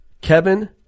Kevin